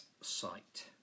site